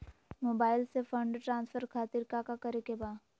Mobile से fund transfer खातिर काका करे के बा?